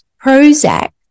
Prozac